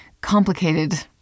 complicated